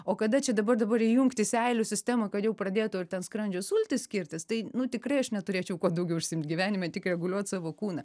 o kada čia dabar dabar įjungti seilių sistemą kad jau pradėtų ar ten skrandžio sultys skirtis tai nu tikrai aš neturėčiau kuo daugiau užsiimt gyvenime tik reguliuot savo kūną